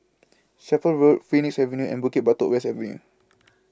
Chapel Road Phoenix Avenue and Bukit Batok West Avenue